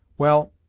well!